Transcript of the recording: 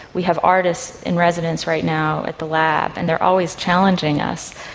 we have artists in residence right now at the lab and they are always challenging us,